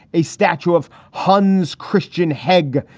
a statue of hun's christian hegg,